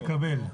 מקבל.